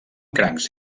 crancs